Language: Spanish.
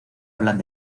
hablan